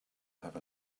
have